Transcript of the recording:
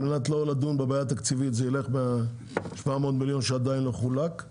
על מנת לא לדון בבעיה התקציבית זה יילך מה-700 מיליון שעדיין לא חולקו